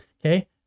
Okay